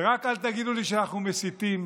ורק אל תגידו לי שאנחנו מסיתים,